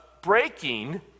breaking